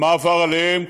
מה עבר עליהם,